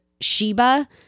Sheba